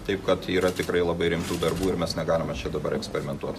taip kad yra tikrai labai rimtų darbų ir mes negalime čia dabar eksperimentuot